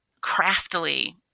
craftily